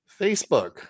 Facebook